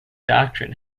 doctrine